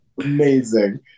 amazing